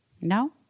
No